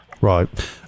Right